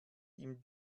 ihm